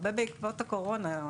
והרבה בעקבות הקורונה.